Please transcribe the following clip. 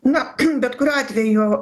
na bet kuriuo atveju